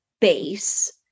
base